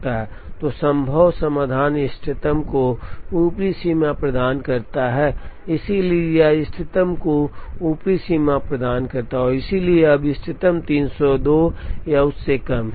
तो संभव समाधान इष्टतम को एक ऊपरी सीमा प्रदान करता है इसलिए यह इष्टतम को एक ऊपरी सीमा प्रदान करता है और इसलिए अब इष्टतम 302 या उससे कम है